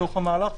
מתוך המהלך.